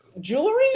jewelry